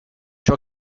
ciò